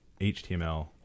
HTML